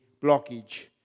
blockage